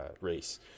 race